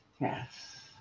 Yes